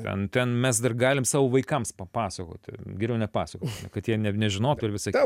ten ten mes dar galim savo vaikams papasakoti geriau nepasakok kad jie ne nežinotų ir visa